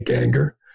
anger